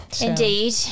Indeed